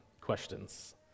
questions